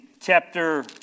chapter